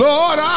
Lord